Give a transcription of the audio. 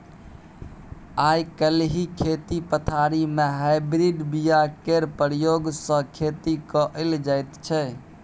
आइ काल्हि खेती पथारी मे हाइब्रिड बीया केर प्रयोग सँ खेती कएल जाइत छै